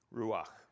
ruach